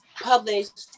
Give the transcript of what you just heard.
published